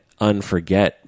unforget